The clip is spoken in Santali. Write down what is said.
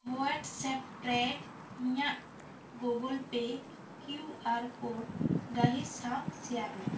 ᱦᱚᱣᱟᱴᱥᱮᱯ ᱨᱮ ᱤᱧᱟ ᱜ Google Pay Q R code ᱜᱟᱹᱦᱤᱨ ᱥᱟᱶ ᱥᱮᱭᱟᱨ ᱢᱮ